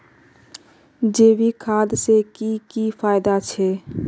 जैविक खाद से की की फायदा छे?